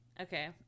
Okay